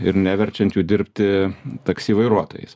ir neverčiant jų dirbti taksi vairuotojais